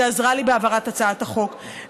שעזרה לי בהעברת הצעת החוק,